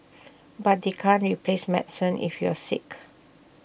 but they can't replace medicine if you're sick